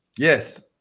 Yes